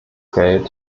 geld